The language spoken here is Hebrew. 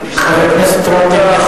חבר הכנסת רותם,